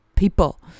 people